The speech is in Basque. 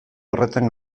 horretan